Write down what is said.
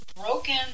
broken